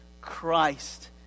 Christ